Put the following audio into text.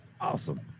awesome